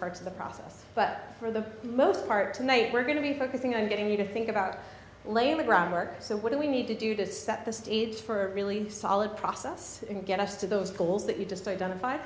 parts of the process but for the most part tonight we're going to be focusing on getting you to think about laying the groundwork so what do we need to do to set the stage for a really solid process and get us to those goals that you just identified